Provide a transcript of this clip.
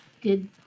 good